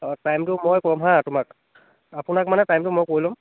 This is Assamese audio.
অঁ টাইমটো মই ক'ম হা তোমাক আপোনাক মানে টাইমটো মই কৈ ল'ম